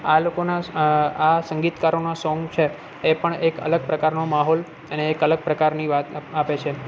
આ લોકોના આ સંગીતકારોના સોંગ છે એ પણ એક અલગ પ્રકારનો માહોલ અને એક અલગ પ્રકારની વાત આપે છે